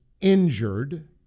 injured